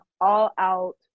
all-out